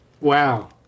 Wow